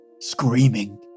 screaming